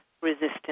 resistance